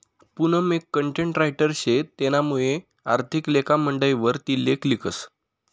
पूनम एक content writer शे तेनामुये आर्थिक लेखा मंडयवर ती लेख लिखस